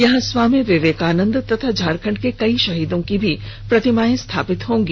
यहां स्वामी विवेकानंद तथा झारखंड के कई शहीदों की भी प्रतिमाएं स्थापित होंगी